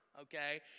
okay